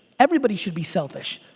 everybody should be selfish.